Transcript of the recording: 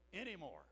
anymore